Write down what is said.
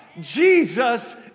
Jesus